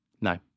No